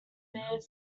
bare